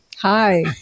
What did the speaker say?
hi